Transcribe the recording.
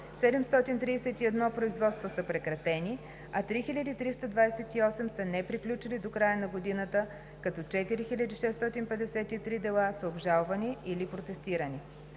731 производства са прекратени, а 3328 са неприключили до края на годината, като 4653 дела са обжалвани или протестирани.